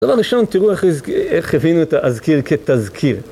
דבר ראשון, תראו איך הבינו את ה"אזכיר" כ"תזכיר".